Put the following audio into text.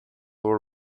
war